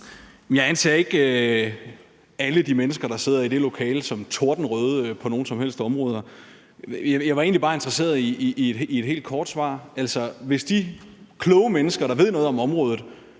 Jeg anser ikke alle de mennesker, der sidder i det lokale, som tordenrøde på nogen som helst områder. Jeg var egentlig bare interesseret i et helt kort svar. Hvis de kloge mennesker, der ved noget om området,